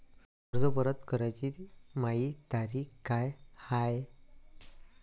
कर्ज परत कराची मायी तारीख का हाय?